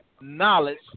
knowledge